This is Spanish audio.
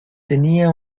tenía